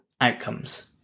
outcomes